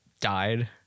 died